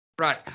right